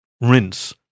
Rinse